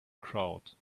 crowd